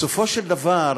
בסופו של דבר,